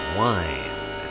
wine